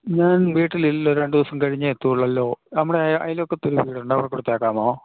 ഞാൻ വീട്ടിലില്ല രണ്ടു ദിവസം കഴിഞ്ഞേ എത്തുകയുള്ളല്ലൊ നമ്മുടെ അയൽപക്കത്ത് ഒരു വീടുണ്ട് അവിടെ കൊടുത്തേക്കാമോ